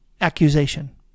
accusation